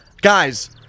Guys